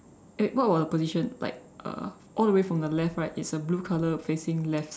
eh what about the position like uh all the way from the left right it's a blue color facing left side